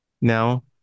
now